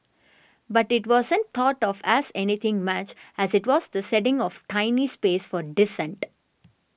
but it wasn't thought of as anything much as it was the ceding of a tiny space for dissent